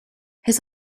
his